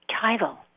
title